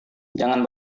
jangan